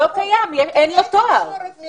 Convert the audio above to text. אין לו תואר.